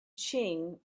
ching